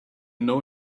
know